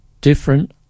different